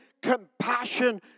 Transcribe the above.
compassion